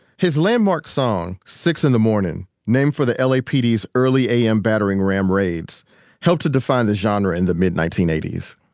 his landmark song, six n the mornin named for the lapd's early a m. battering ram raids helped to define the genre in the mid nineteen eighty s.